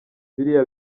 biriya